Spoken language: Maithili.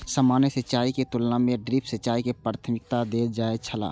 सामान्य सिंचाई के तुलना में ड्रिप सिंचाई के प्राथमिकता देल जाय छला